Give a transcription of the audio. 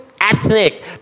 ethnic